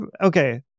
okay